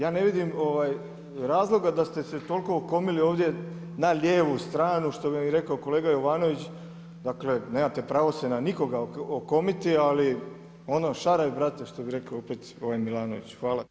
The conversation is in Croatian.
Ja ne vidim, ovaj razloga da ste se toliko okomili ovdje na lijevu stranu, što bi vam je rekao kolega Jovanović dakle, nemate pravo se na nikoga okomiti, ali ono šaraj brate, što bi rekao opet ovaj Milanović.